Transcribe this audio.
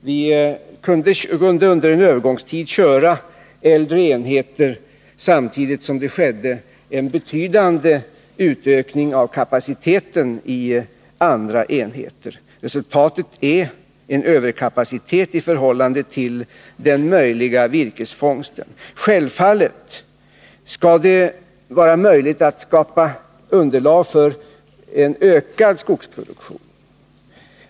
Vi kunde under en övergångstid köra äldre enheter, samtidigt som det skedde en betydande utökning av kapaciteten i andra enheter. Resultatet blev en överkapacitet i förhållande till den möjliga virkesfångsten. Självfallet skall det vara möjligt att skapa underlag för en ökad skogsproduktion.